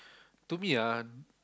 to me ah